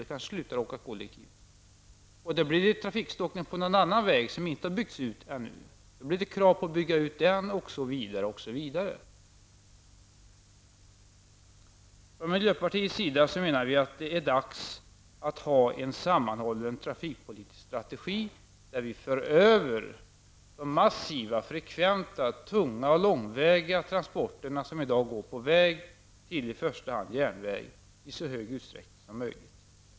De kanske slutar att åka kollektivt. Då blir det trafikstockningar på någon annan väg, som inte har byggts ut ännu. Då blir det krav på att bygga ut den osv. Vi i miljöpartiet menar att det är dags att ha en sammanhållen trafikpolitisk strategi för att föra över de massiva, frekventa, tunga och långväga transporter som i dag går på väg till i första hand järnväg i så hög utsträckning som möjligt.